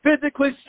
physically